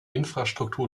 infrastruktur